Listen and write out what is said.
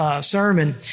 Sermon